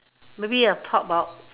maybe I talk about